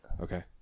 Okay